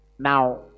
now